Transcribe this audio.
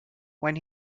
when